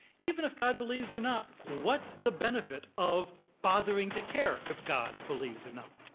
even if god believes or not, what's the benefit of bothering to care if god believes or not?